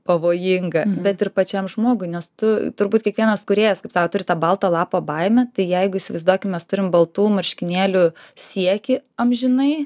pavojinga bet ir pačiam žmogui nes tu turbūt kiekvienas kūrėjas kaip sako turi tą balto lapo baimę tai jeigu įsivaizduokim mes turim baltų marškinėlių siekį amžinai